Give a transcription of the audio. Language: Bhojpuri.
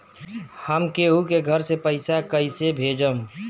हम केहु के घर से पैसा कैइसे भेजम?